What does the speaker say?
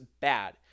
bad